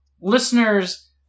listeners